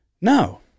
No